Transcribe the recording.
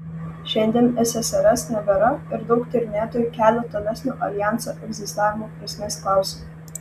šiandien ssrs nebėra ir daug tyrinėtojų kelia tolesnio aljanso egzistavimo prasmės klausimą